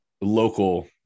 local